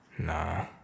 Nah